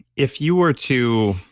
if you were to